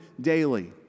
daily